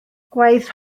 gwaith